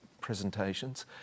presentations